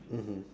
mmhmm